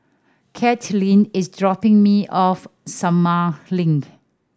Katelynn is dropping me off Sumang Link